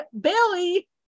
Billy